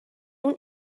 اون